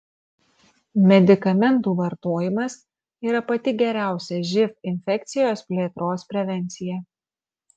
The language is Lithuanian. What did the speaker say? medikamentų vartojimas yra pati geriausia živ infekcijos plėtros prevencija